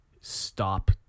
stop